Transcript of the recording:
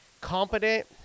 competent